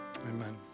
amen